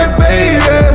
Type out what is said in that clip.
baby